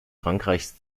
frankreichs